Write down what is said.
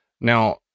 Now